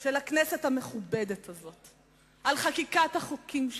של הכנסת המכובדת הזאת, על חקיקת החוקים שלה,